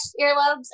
earlobes